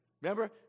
Remember